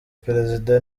perezida